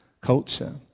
culture